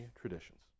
traditions